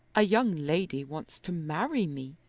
a young lady wants to marry me.